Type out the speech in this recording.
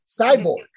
Cyborg